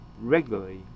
regularly